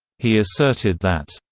he asserted that,